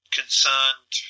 concerned